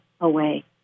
away